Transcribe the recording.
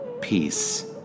Peace